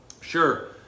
sure